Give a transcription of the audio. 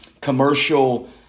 commercial